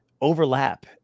overlap